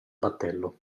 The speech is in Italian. battello